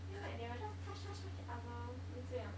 then like they will just touch touch touch other then 这样